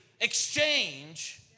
exchange